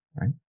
right